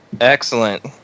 Excellent